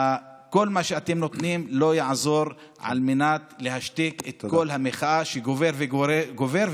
כל מה שאתם נותנים לא יעזור על מנת להשתיק את קול המחאה שגובר וגובר,